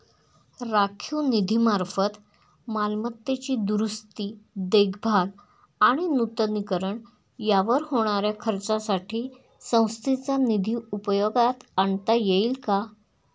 राखीव निधीमार्फत मालमत्तेची दुरुस्ती, देखभाल आणि नूतनीकरण यावर होणाऱ्या खर्चासाठी संस्थेचा निधी उपयोगात आणता येईल का?